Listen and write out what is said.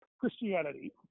Christianity